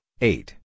eight